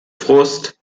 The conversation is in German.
frust